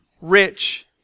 rich